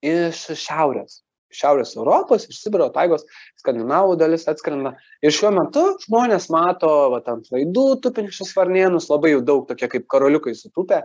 iš šiaurės šiaurės europos iš sibiro taigos skandinavų dalis atskrenda ir šiuo metu žmonės mato vat ant laidų tupinčius varnėnus labai jų daug tokie kaip karoliukai sutūpę